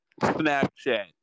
Snapchat